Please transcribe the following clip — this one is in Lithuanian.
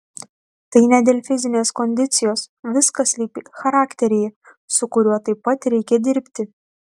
tai ne dėl fizinės kondicijos viskas slypi charakteryje su kuriuo taip pat reikia dirbti